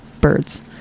birds